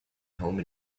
home